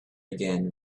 again